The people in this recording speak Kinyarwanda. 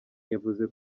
yavuze